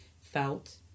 felt